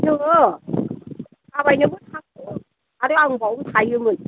जोङो थाबायनाबो थाङो आर आं बावनो थायोमोन